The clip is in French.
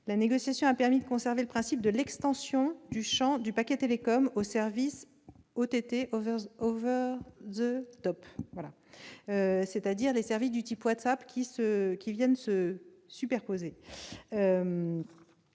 la négociation a permis de conserver le principe de l'extension du champ du paquet télécom aux services OTT,, c'est-à-dire les services de type WhatsApp, qui se superposent